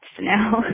now